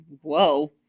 whoa